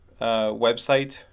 website